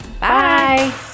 Bye